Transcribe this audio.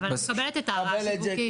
אבל אני מקבלת את ההערה השיווקית.